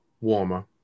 warmer